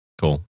Cool